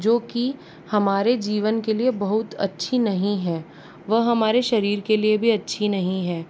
जो कि हमारे जीवन के लिए बहुत अच्छी नहीं है वह हमारे शरीर के लिए भी अच्छी नहीं है